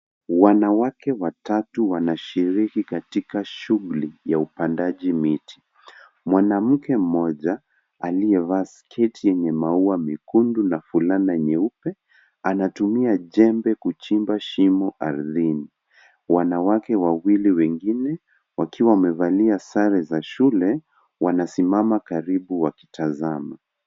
Wanawake watatu wanashiriki katika shughuli ya upandaji miti. Mwanamke mmoja aliyevaa sketi yenye maua mekundu na fulana nyeupe anatumia jembe kuchimba shimo ardhini . Wanawake wawili wengine wakiwa wamevalia sare za shule wanasimama karibu wakitazama.